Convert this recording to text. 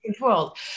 world